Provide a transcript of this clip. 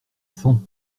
sans